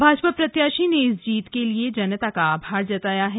भाजपा प्रत्याशी ने इस जीत के लिए जनता का आभार जताया है